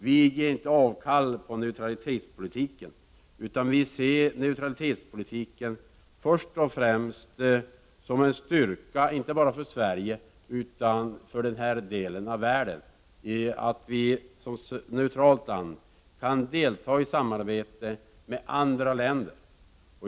Vi ger inte avkall på neutralitetspolitiken, utan vi ser neutralitetspolitiken först och främst som en styrka inte bara för Sverige, utan för denna del av världen. Det är en styrka att vi som ett neutralt land kan delta i samarbete med andra länder.